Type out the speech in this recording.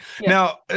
Now